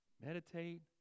meditate